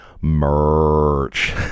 merch